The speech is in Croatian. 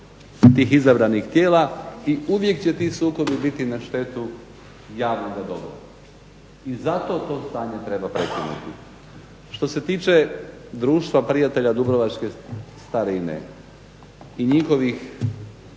tih izabranih tijela i uvijek će ti sukobi biti na štetu javnoga dobra. I zato to stanje treba prekinuti. Što se tiče Društva prijatelja dubrovačke starine i njihovih